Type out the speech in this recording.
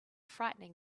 frightening